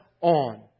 on